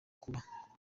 kuba